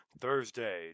Thursday